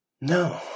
No